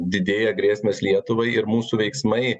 didėja grėsmės lietuvai ir mūsų veiksmai